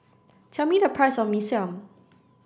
tell me the price of Mee Siam